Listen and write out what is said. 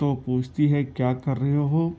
تو پوچھتی ہے کیا کر رہے ہو